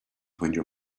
when